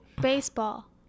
Baseball